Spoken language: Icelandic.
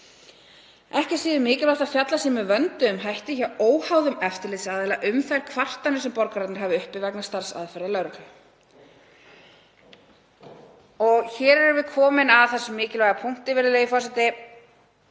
Ekki er síður mikilvægt að fjallað sé með vönduðum hætti, hjá óháðum eftirlitsaðila, um þær kvartanir sem borgararnir hafa uppi vegna starfsaðferða lögreglu.“ Hér erum við komin að þessum mikilvæga punkti, virðulegi forseti,